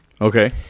Okay